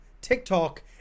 TikTok